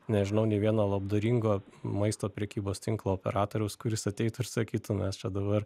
nežinau nei vieno labdaringo maisto prekybos tinklo operatoriaus kuris ateitų ir sakytų mes čia dabar